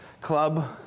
Club